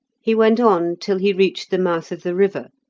he went on till he reached the mouth of the river,